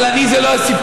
אבל אני זה לא הסיפור,